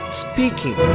speaking